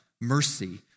mercy